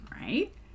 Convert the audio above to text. right